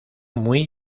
muy